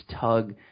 tug